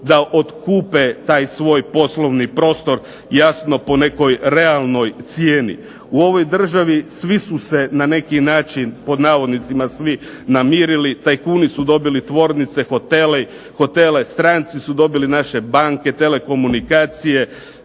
da otkupe taj svoj poslovni prostor jasno po nekoj realnoj cijeni. U ovoj državi svi su se na neki način pod navodnicima svi namirili. Tajkuni su dobili tvornice, hotele, stranci su dobili naše banke, telekomunikacije.